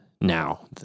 now